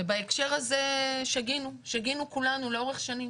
ובהקשר הזה שגינו, שגינו כולנו לאורך שנים,